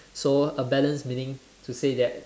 so a balance meaning to say that